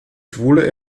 schwule